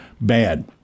bad